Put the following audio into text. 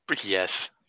Yes